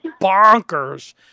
bonkers